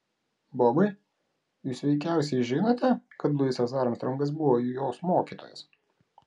bobai jūs veikiausiai žinote kad luisas armstrongas buvo jos mokytojas